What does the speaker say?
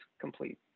complete